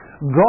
God